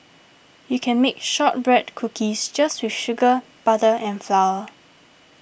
you can bake Shortbread Cookies just with sugar butter and flour